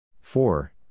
Four